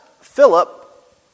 Philip